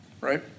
right